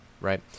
right